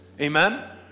Amen